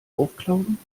aufklauben